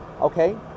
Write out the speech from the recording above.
okay